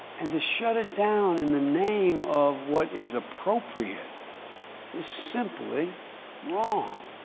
and to shut it down in the name of what is appropriate is simply wrong.